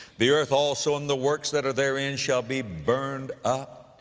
the earth also and the works that are therein shall be burned up.